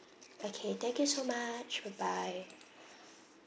okay thank you so much bye bye